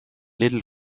little